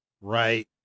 right